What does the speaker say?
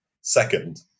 second